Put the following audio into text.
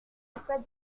emplois